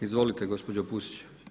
Izvolite gospođo Pusić.